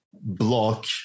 block